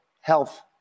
health